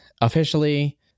Officially